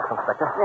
Inspector